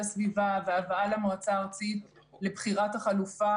הסביבה והבאה למועצה הארצית לבחירת החלופה.